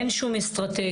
אין שום אסטרטגיה.